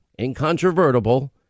incontrovertible